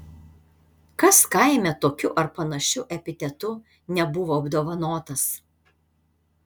kas kaime tokiu ar panašiu epitetu nebuvo apdovanotas